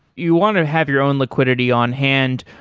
you want to have your own liquidity on hand,